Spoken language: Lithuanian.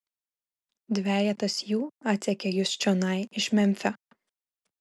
dvejetas jų atsekė jus čionai iš memfio